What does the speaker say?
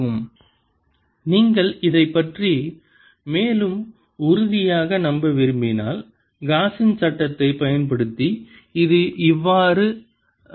M Mδz LMδ நீங்கள் இதைப் பற்றி மேலும் உறுதியாக நம்ப விரும்பினால் காஸின் Gausss சட்டத்தைப் பயன்படுத்தி இது அவ்வாறு இருப்பதைக் காட்டலாம்